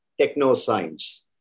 techno-science